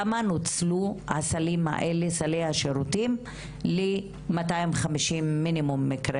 כמה נוצלו סלי השירותים ל-250 מינימום מקרי